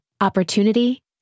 opportunity